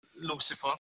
Lucifer